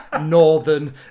northern